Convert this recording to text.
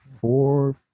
four